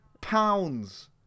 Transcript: pounds